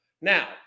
Now